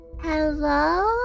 Hello